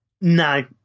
no